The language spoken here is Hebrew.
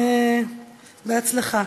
בהצלחה.